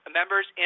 members